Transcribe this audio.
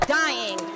dying